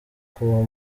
kuba